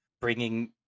bringing